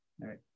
Right